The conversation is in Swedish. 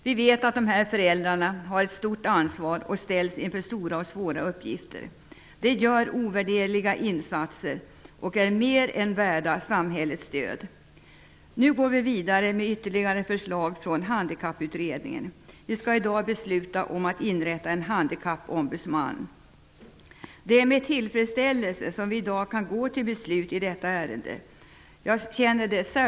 Vi vet att dessa föräldrar har ett stort ansvar och att de ställs inför stora och svåra uppgifter. De gör ovärderliga insatser och är mer än värda samhällets stöd. Nu går vi vidare med ytterligare förslag från Handikapputredningen. Vi skall i dag besluta om att inrätta en handikappombudsman. Det är med tillfredsställelse som vi i dag kan gå till beslut i detta ärende.